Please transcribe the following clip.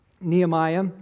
Nehemiah